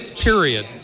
period